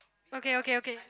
okay okay okay